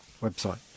website